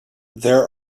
there